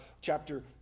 chapter